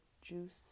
juice